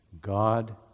God